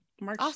march